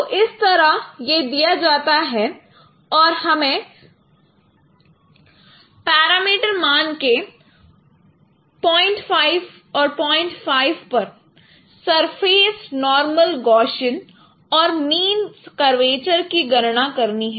तो इस तरह यह दिया जाता है और हमें पैरामीटर मान के 05 05 पर सरफेस नॉर्मल गॉशियन और मीन कर्वेचर की गणना करनी है